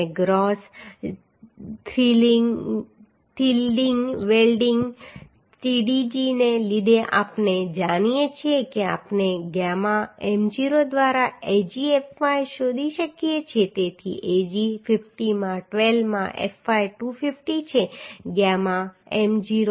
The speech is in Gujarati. અને ગ્રોસ યીલ્ડિંગ Tdg ને લીધે આપણે જાણીએ છીએ કે આપણે ગામા m0 દ્વારા Agfy શોધી શકીએ છીએ તેથી Ag 50 માં 12 માં fy 250 છે ગામા m0 1